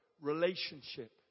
relationship